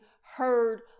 heard